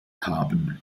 haben